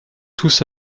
tous